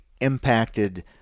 impacted